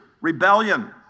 rebellion